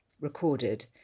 recorded